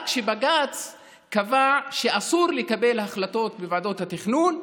רק שבג"ץ קבע שאסור לקבל החלטות בוועדות התכנון,